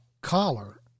collar